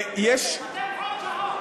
יש, אתם חור שחור.